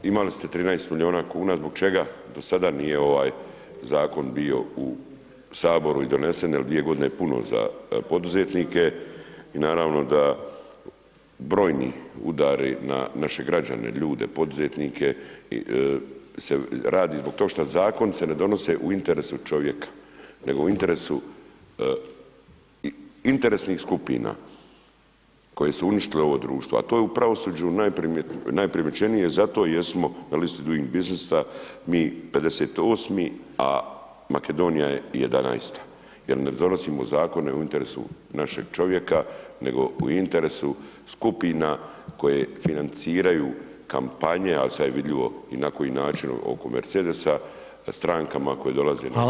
Imali ste 13 miliona kuna zbog čega do sada nije ovaj zakon bio u saboru i donesen jer 2 godine je puno za poduzetnike i naravno da brojni udari na naše građane, ljude poduzetnike se radi zbog toga šta zakoni se ne donose u interesu čovjeka, nego u interesu interesnih skupina koje su uništile ovo društvo, a to je u pravosuđu najprimjećenije zato jer smo na listi Duing biznisa mi 58, a Makedonija je 11, jer ne donosimo zakone u interesu našeg čovjeka nego u interesu skupina koje financiraju kampanje, a sad je vidljivo i na koji način oko mercedesa, strankama koje dolaze na vlast.